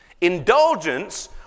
Indulgence